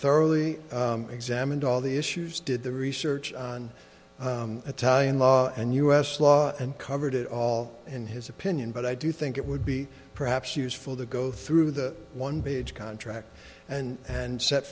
thoroughly examined all the issues did the research on a tie in law and u s law and covered it all in his opinion but i do think it would be perhaps useful to go through the one page contract and and set